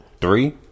three